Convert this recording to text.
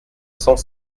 cent